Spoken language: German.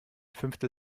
fünftel